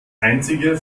einzige